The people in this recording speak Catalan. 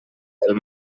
pel